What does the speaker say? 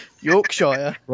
Yorkshire